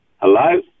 Hello